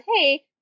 Hey